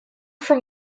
from